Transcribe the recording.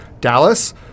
dallas